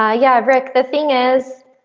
ah yeah, like the thing is,